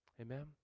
Amen